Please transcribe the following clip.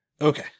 Okay